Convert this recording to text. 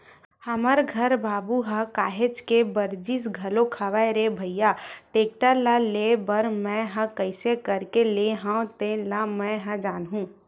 हमर घर बाबू ह काहेच के बरजिस घलोक हवय रे भइया टेक्टर ल लेय बर मैय ह कइसे करके लेय हव तेन ल मैय ह जानहूँ